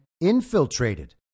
infiltrated